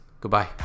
Goodbye